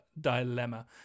dilemma